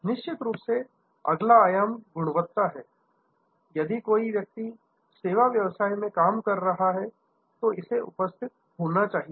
निश्चित रूप से अगला आयाम गुणवत्ता है यदि कोई व्यक्ति सेवा व्यवसाय में काम कर रहा है तो इसे उपस्थित होना चाहिए